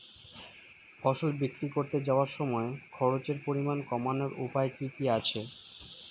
ফসল বিক্রি করতে যাওয়ার সময় খরচের পরিমাণ কমানোর উপায় কি কি আছে?